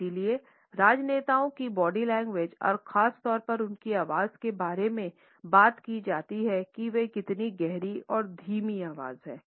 इसलिएराजनेताओं की body language और खास तौर पर उनकी आवाज़ के बारे में बात की जाती है कि वे कितनी गहरी और धीमी आवाज़ हैं